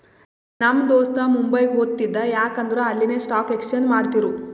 ನಮ್ ದೋಸ್ತ ಮುಂಬೈಗ್ ಹೊತ್ತಿದ ಯಾಕ್ ಅಂದುರ್ ಅಲ್ಲಿನೆ ಸ್ಟಾಕ್ ಎಕ್ಸ್ಚೇಂಜ್ ಮಾಡ್ತಿರು